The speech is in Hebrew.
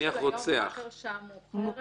נניח רוצח --- בחוק של היום רק הרשעה מאוחרת